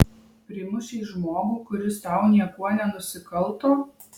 primušei žmogų kuris tau niekuo nenusikalto